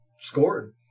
Scored